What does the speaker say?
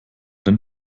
den